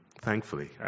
thankfully